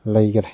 ꯂꯩꯈꯔꯦ